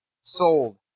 Sold